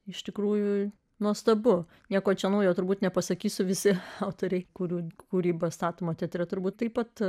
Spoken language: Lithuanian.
iš tikrųjų nuostabu nieko čia naujo turbūt nepasakysiu visi autoriai kurių kūryba statoma teatre turbūt taip pat